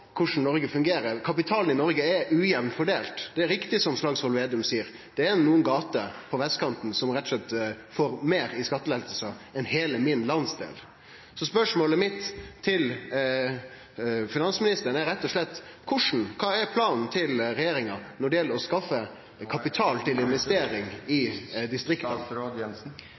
korleis Noreg fungerer. Kapitalen i Noreg er ujamt fordelt. Det er riktig, som Slagsvold Vedum seier, at det er nokre gater på vestkanten som rett og slett får meir i skattelettar enn heile min landsdel. Spørsmålet mitt til finansministeren er rett og slett: Kva er planen til regjeringa når det gjeld å skaffe kapital til investering i distrikta?